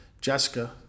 Jessica